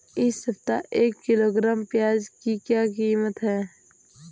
इस सप्ताह एक किलोग्राम प्याज की कीमत क्या है?